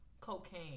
cocaine